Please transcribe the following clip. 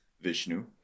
Vishnu